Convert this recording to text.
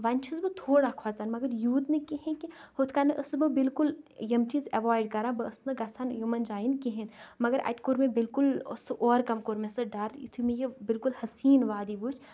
وۄنۍ چَھس بہٕ تھوڑا کھۄژان مگر یوٗت نہٕ کہینۍِ ہُتھ کَن ٲسس بہٕ بالکل یم چیٖز ایوایڑ کَران بہٕ ٲسس نہٕ گژھان یمن جاین کِہینۍ مگر اَتہِ کوٚر مےٚ بالکل سُہ اوٚورکم کوٚر مےٚ سُہ ڈر یُتھٕے مےٚ یہِ بالکل حسین وادی وٕچھ